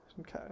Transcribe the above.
Okay